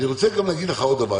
עוד דבר,